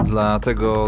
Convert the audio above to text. Dlatego